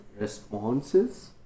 responses